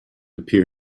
appear